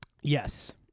Yes